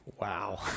wow